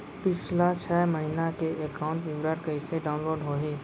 पिछला छः महीना के एकाउंट विवरण कइसे डाऊनलोड होही?